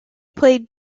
played